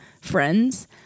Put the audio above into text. friends